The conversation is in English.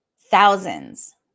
Thousands